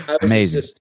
Amazing